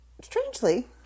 strangely